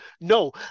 no